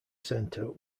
center